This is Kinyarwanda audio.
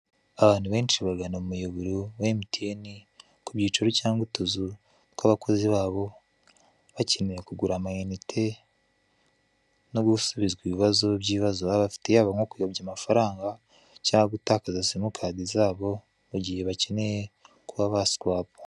Abantu benshi bagana umuyoboro wa emutiyene ku byicaro cyangwa utuzu tw'abakozi babo, bakeneye kugura amayinite no gusubizwa ibibazo by'ibibazo baba bafite yaba nko kuyobya amafaranga cyangwa gutakaza simukadi zabo mu gihe bakeneye kuba baswapa.